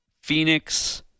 Phoenix